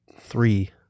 Three